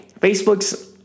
Facebook's